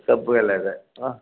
ಸಬ್ಬು ಎಲ್ಲ ಇದೆ ಆಂ